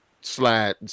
slide